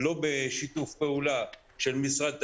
לא בשיתוף פעולה של משרד התיירות,